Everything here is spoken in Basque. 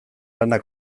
lana